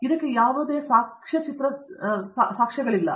ಇದಕ್ಕೆ ಯಾವುದೇ ಸಾಕ್ಷ್ಯಚಿತ್ರ ಸಾಕ್ಷ್ಯಗಳಿಲ್ಲ